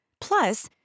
Plus